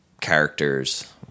characters